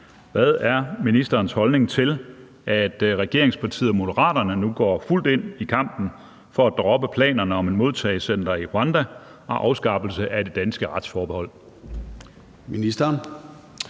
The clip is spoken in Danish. Hvad er ministerens holdning til, at regeringspartiet Moderaterne nu går fuldt ind i kampen for at droppe planerne om et modtagecenter i Rwanda og afskaffelse af det danske retsforbehold?